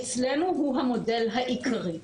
אצלנו הוא המודל העיקרי.